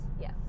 Yes